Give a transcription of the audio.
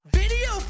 video